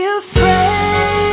afraid